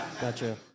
Gotcha